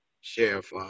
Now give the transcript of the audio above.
Sheriff